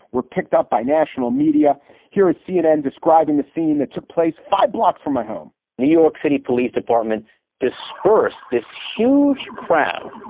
were picked up by national media here as cnn describing the scene that took place five blocks from my home new york city police department dispersed this huge crowd,